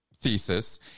thesis